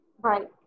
Right